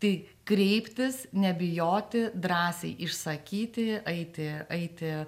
tai kreiptis nebijoti drąsiai išsakyti eiti eiti